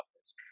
office